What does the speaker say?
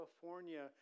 California